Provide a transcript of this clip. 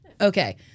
Okay